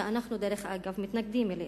שאנחנו, דרך אגב, מתנגדים לה.